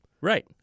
Right